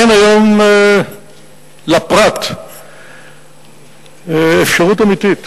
היום אין לפרט אפשרות אמיתית,